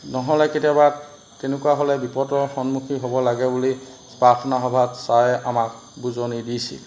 নহ'লে কেতিয়াবা তেনেকুৱা হ'লে বিপদৰ সন্মুখীন হ'ব লাগে বুলি প্ৰাৰ্থনা সভাত ছাৰে আমাক বুজনি দিছিল